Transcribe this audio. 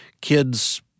kids